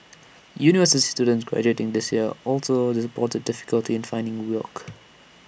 university students graduating this year also reported difficulty in finding work